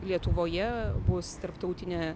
lietuvoje bus tarptautinė